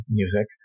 music